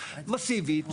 מסיבית,